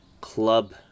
Club